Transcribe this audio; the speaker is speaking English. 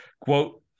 quote